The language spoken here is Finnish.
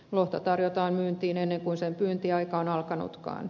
lohta tarjotaan myyntiin ennen kuin sen pyyntiaika on alkanutkaan